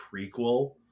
prequel